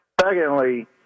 Secondly